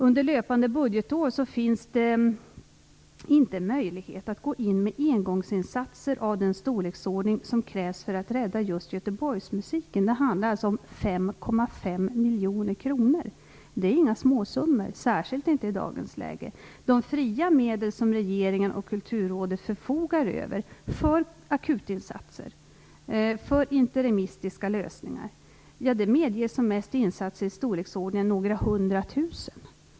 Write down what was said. Under löpande budgetår finns det inte möjlighet att gå in med engångsinsatser av den storleksordning som krävs för att rädda just Göteborgsmusiken. Det handlar alltså om 5,5 miljoner kronor. Det är inga småsummor, särskilt inte i dagens läge. De fria medel som regeringen och Kulturrådet förfogar över för akutinsatser - för interimistiska lösningar - medger som mest insatser i storleksordningen några hundra tusen.